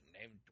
named